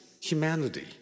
humanity